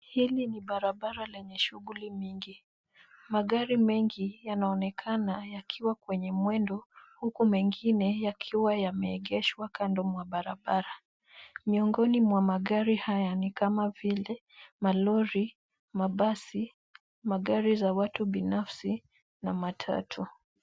Hili ni barabara lenye shughuli mingi. Magari mengi yanaonekana yakiwa kwenye mwendo huku mengine yakiwa yameegeshwa kando mwa barabara. Miongoni mwa magari haya ni kama vile malori, mabasi, magari za watu binafsi na matatu.